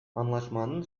anlaşmanın